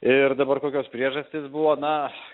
ir dabar kokios priežastys buvo na